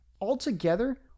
altogether